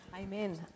Amen